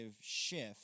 shift